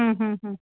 हम्म हम्म